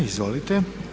Izvolite.